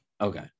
Okay